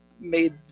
made